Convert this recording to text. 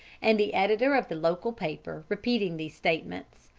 and the editor of the local paper repeating these statements,